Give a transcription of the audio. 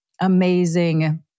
amazing